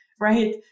right